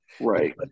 Right